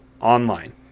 online